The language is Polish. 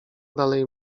dalej